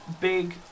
big